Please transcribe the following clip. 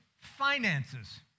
finances